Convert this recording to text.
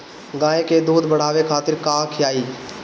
गाय के दूध बढ़ावे खातिर का खियायिं?